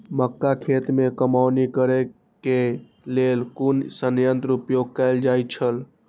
मक्का खेत में कमौनी करेय केय लेल कुन संयंत्र उपयोग कैल जाए छल?